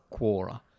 Quora